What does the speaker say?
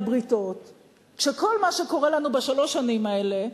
בריתות כשכל מה שקורה לנו בשלוש השנים האלה,